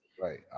right